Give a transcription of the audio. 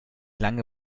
lange